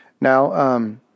Now